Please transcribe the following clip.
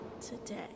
today